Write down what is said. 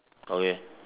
okay